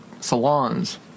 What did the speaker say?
salons